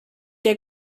der